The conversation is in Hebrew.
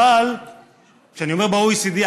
וכשאני אומר ב-OECD,